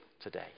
today